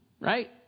right